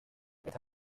está